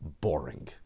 boring